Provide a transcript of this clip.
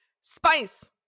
spice